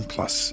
Plus